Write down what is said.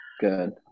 Good